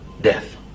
death